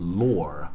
lore